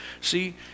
See